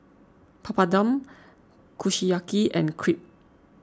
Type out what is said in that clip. Papadum Kushiyaki and Crepe